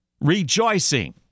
rejoicing